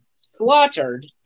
slaughtered